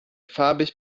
farbig